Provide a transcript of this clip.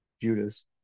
Judas